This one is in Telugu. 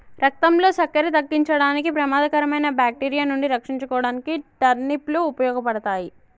రక్తంలో సక్కెర తగ్గించడానికి, ప్రమాదకరమైన బాక్టీరియా నుండి రక్షించుకోడానికి టర్నిప్ లు ఉపయోగపడతాయి